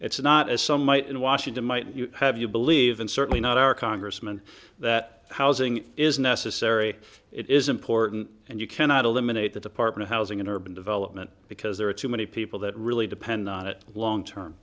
it's not as some might in washington might have you believe and certainly not our congressman that housing is necessary it is important and you cannot eliminate the department of housing and urban development because there are too many people that really depend on it long term